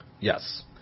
Yes